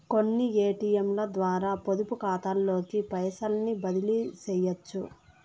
కొన్ని ఏటియంలద్వారా పొదుపుకాతాలోకి పైసల్ని బదిలీసెయ్యొచ్చు